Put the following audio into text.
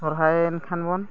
ᱥᱚᱦᱨᱟᱭᱮᱱ ᱠᱷᱟᱱ ᱵᱚᱱ